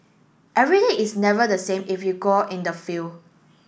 every day is never the same if you go in the field